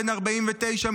בן 49,